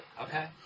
Okay